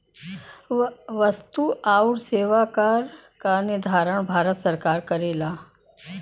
वस्तु आउर सेवा कर क निर्धारण भारत सरकार करेला